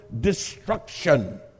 destruction